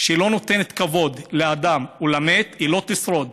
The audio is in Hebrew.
שלא נותנת כבוד לאדם או למת לא תשרוד.